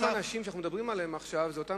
אותם אנשים שאנחנו מדברים עליהם עכשיו הם אותם